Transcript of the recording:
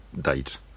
date